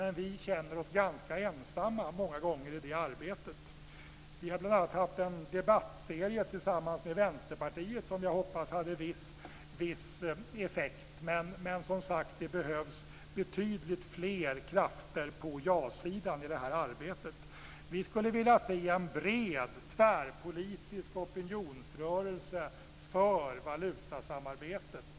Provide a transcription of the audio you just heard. Men vi känner oss många gånger ganska ensamma i det arbetet. Vi har bl.a. haft en debattserie tillsammans med Vänsterpartiet som jag hoppas hade viss effekt. Men, som sagt, det behövs betydligt fler krafter på ja-sidan i det här arbetet. Vi skulle vilja se en bred tvärpolitisk opinionsrörelse för valutasamarbetet.